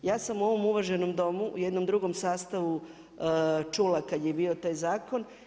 Ja sam u ovom uvaženom Domu, u jednom drugom sastavu čula kad je bio taj zakon.